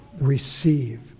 receive